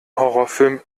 horrorfilmen